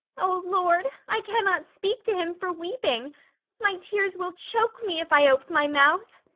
o lord, i cannot speak to him for weeping my tears will choke me, if i ope my mouth.